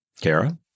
Kara